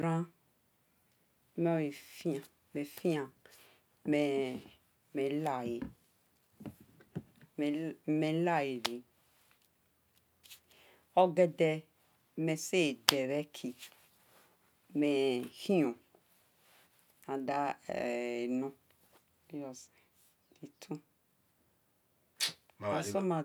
Ran me fia mel lae ogede meseye de bheki mel khion randa emon eriose